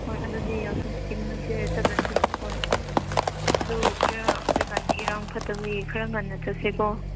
ꯍꯣꯏ ꯑꯗꯨꯗꯤ ꯃꯅꯨꯡꯁꯦ ꯆꯠꯂꯁꯦ ꯍꯣꯏ ꯑꯗꯨ ꯈꯔ ꯍꯧꯖꯤꯛ ꯀꯥꯟꯗꯤ ꯏꯔꯥꯡ ꯐꯠꯇꯕꯒꯤ ꯈꯔ ꯉꯟꯅ ꯆꯠꯁꯦꯀꯣ